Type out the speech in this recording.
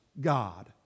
God